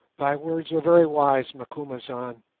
thy words are very wise, macumazahn.